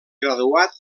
graduat